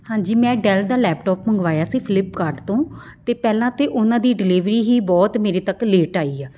ਹਾਂਜੀ ਮੈਂ ਡੈਲ ਦਾ ਲੈਪਟੋਪ ਮੰਗਵਾਇਆ ਸੀ ਫਲਿੱਪਕਾਟ ਤੋਂ ਅਤੇ ਪਹਿਲਾਂ ਤਾਂ ਉਹਨਾਂ ਦੀ ਡਿਲੀਵਰੀ ਹੀ ਬਹੁਤ ਮੇਰੇ ਤੱਕ ਲੇਟ ਆਈ ਆ